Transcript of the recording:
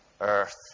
earth